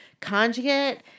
Conjugate